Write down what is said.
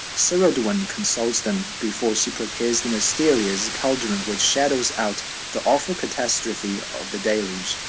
ceridwen consults them before she prepares the mysterious caldron which shadows out the awful catastrophe of the deluge.